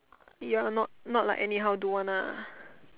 but you're not not like anyhow do one lah